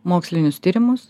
mokslinius tyrimus